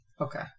Okay